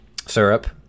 Syrup